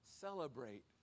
celebrate